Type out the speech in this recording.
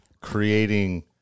creating